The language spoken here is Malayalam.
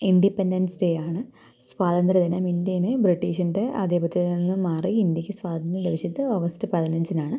ഇൻറ്റിപ്പെന്റൻസ് ഡേയാണ് സ്വാതന്ത്ര്യദിനം ഇന്ത്യേന് ബ്രിട്ടീഷിന്റെ ആദിപത്യത്തു നിന്നു മാറി ഇന്ത്യക്ക് സ്വാതന്ത്ര്യം ലഭിച്ചത് ഓഗസ്റ്റ് പതിനഞ്ചിനാണ്